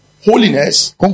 Holiness